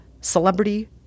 celebrity